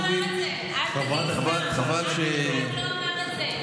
אף אחד לא אמר את זה.